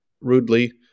rudely